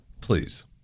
please